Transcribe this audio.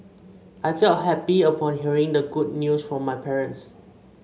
I felt happy upon hearing the good news from my parents